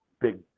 big